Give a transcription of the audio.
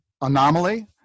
anomaly